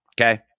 Okay